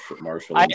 Marshall